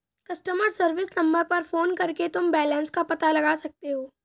customer service number पर phone करके तुम बैलन्स का पता लगा सकते हो